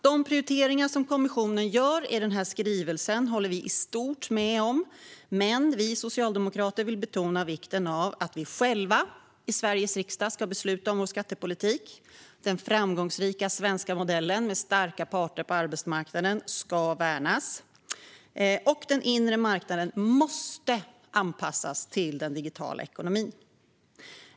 De prioriteringar som kommissionen gör i skrivelsen håller vi i stort med om, men vi socialdemokrater vill betona vikten av att vi själva i Sveriges riksdag beslutar om vår skattepolitik, att den framgångsrika svenska modellen med starka parter på arbetsmarknaden värnas och att den inre marknaden anpassas till den digitala ekonomin.